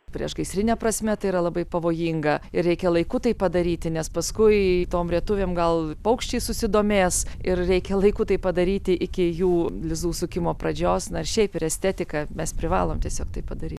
priešgaisrine prasme tai yra labai pavojinga ir reikia laiku tai padaryti nes paskui tom rėtuvėm gal paukščiai susidomės ir reikia laiku tai padaryti iki jų lizdų sukimo pradžios na ir šiaip ir estetika mes privalom tiesiog taip padaryt